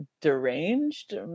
deranged